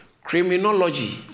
criminology